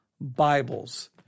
Bibles